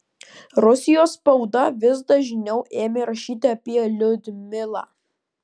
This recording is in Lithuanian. rusijos spauda vis dažniau ėmė rašyti apie liudmilą